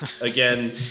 again